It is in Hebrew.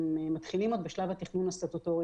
מתחילים עוד בשלב התכנון הסטטוטורי.